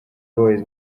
boys